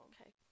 Okay